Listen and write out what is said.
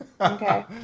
Okay